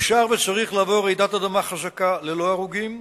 אפשר וצריך לעבור רעידת אדמה חזקה ללא הרוגים.